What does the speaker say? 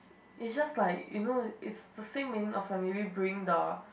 it's just like you know it's the same meaning of maybe bring the